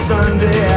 Sunday